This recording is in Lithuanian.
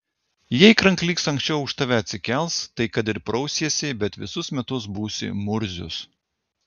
jei kranklys anksčiau už tave atsikels tai kad ir prausiesi bet visus metus būsi murzius